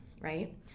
right